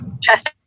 chest